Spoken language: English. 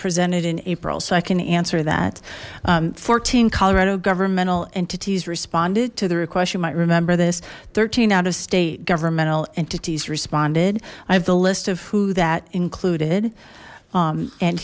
presented in april so i can answer that fourteen colorado governmental entities responded to the request you might remember this thirteen out of state governmental entities responded i have the list of who that included